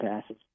passes